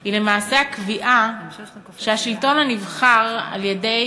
היא למעשה הקביעה שהשלטון הנבחר על-ידי